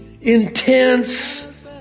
intense